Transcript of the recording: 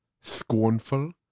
scornful